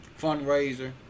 fundraiser